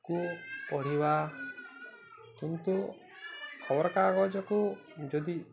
କୁ ପଢ଼ିବା କିନ୍ତୁ ଖବରକାଗଜକୁ ଯଦି